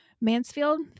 Mansfield